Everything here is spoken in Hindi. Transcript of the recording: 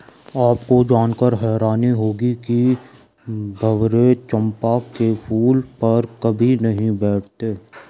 आपको जानकर हैरानी होगी कि भंवरे चंपा के फूल पर कभी नहीं बैठते